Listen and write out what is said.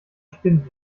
spinnt